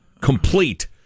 complete